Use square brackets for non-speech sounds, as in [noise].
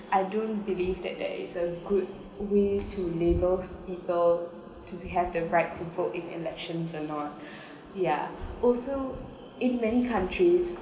I don't believe that there is a good way to labels people to have the right to vote in elections or not [breath] ya also in many countries